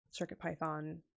CircuitPython